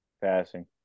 passing